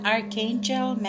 Archangel